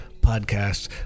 podcasts